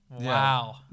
Wow